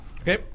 Okay